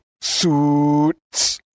suits